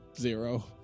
zero